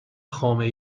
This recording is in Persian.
خامه